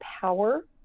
power